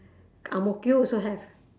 ang-mo-kio also have